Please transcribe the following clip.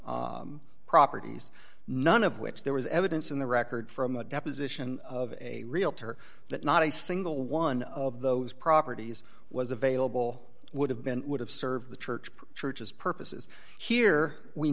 potential properties none of which there was evidence in the record from a deposition of a realtor that not a single one of those properties was available would have been would have served the church church's purposes here we